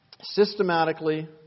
Systematically